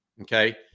Okay